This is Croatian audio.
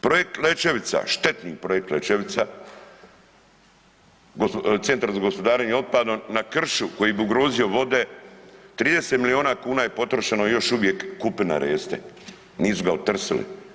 Projekt Lećevica, štetni projekt Lećevica, centar za gospodarenje otpadom na kršu koji bi ugrozio vode 30 milijuna kuna je potrošeno, još uvijek kupina raste, nisu ga otrsili.